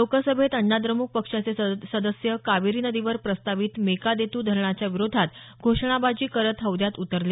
लोकसभेत अण्णाद्रमुक पक्षाचे सदस्य कावेरी नदीवर प्रस्तावित मेकादेत् धरणाच्या विरोधात घोषणाबाजी करत हौद्यात उतरले